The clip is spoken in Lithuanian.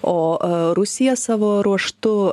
o rusija savo ruožtu